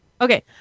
Okay